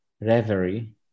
reverie